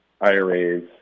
IRAs